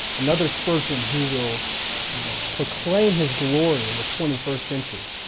another spurgeon who will proclaim his glory in the twenty first century.